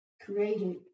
Created